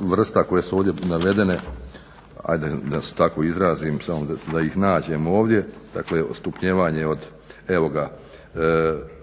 vrsta koje su ovdje navedene, ajde da se tamo izrazim samo da ih nađem ovdje dakle stupnjevanje kvalifikacije koje